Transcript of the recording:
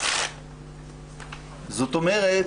זאת אומרת,